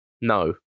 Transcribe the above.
No